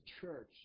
church